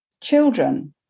children